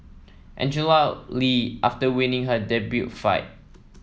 Angela Lee after winning her debut fight